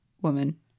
woman